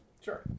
Sure